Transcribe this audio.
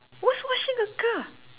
was washing a car